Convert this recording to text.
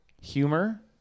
Humor